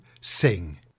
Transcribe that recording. Sing